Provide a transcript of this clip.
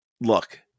look